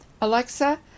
Alexa